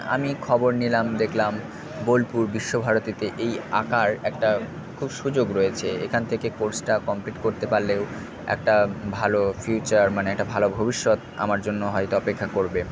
আমি খবর নিলাম দেখলাম বোলপুর বিশ্বভারতীতে এই আঁকার একটা খুব সুযোগ রয়েছে এখান থেকে কোর্সটা কমপ্লিট করতে পারলেও একটা ভালো ফিউচার মানে একটা ভালো ভবিষ্যৎ আমার জন্য হয়তো অপেক্ষা করবে